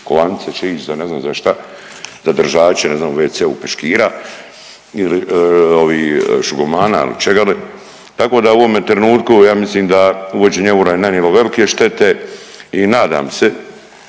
Kovanice će ić za, ne znam za šta, za držače, ne znam, u wc-u, peškira ili ovih šugamana ili čega li, tako da u ovome trenutku ja mislim da uvođenje eura je nanijelo velike štete i nadam se